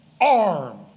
arm